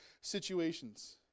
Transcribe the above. situations